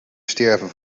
sterven